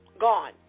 gone